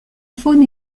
faune